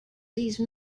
these